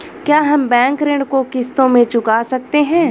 क्या हम बैंक ऋण को किश्तों में चुका सकते हैं?